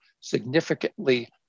significantly